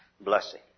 blessing